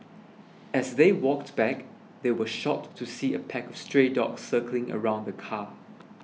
as they walked back they were shocked to see a pack of stray dogs circling around the car